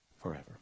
forever